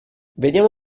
vediamo